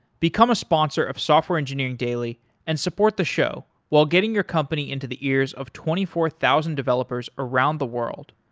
become a sponsor of software engineering daily and support the show while getting your company into the ears of twenty four thousand developers around the world.